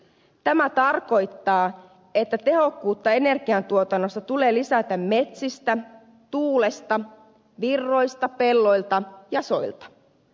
tämä tarkoittaa että tehokkuutta energiantuotannossa tulee lisätä metsistä tuulesta virroista pelloilta ja soilta